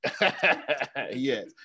Yes